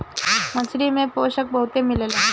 मछरी में पोषक बहुते मिलेला